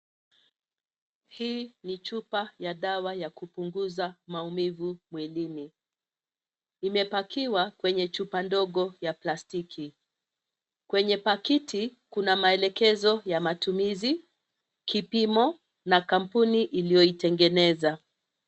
Hii ni chupa ya dawa ya kupunguza maumivu mwilini, imepakiwa kwenye chupa ndogo ya plastiki. Kwenye pakiti kuna maelekezo ya matumizi, kipimo na kampuni iliyoitengeneza.